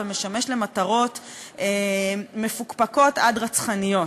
ומשמש למטרות מפוקפקות עד רצחניות,